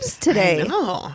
today